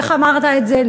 איך אמרת את זה?